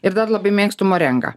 ir dar labai mėgstu morengą